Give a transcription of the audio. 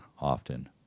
often